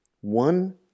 one